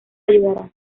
ayudará